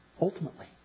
ultimately